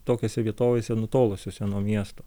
tokiose vietovėse nutolusiose nuo miesto